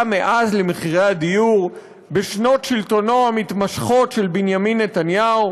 מאז למחירי הדיור בשנות שלטונו המתמשכות של בנימין נתניהו?